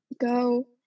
go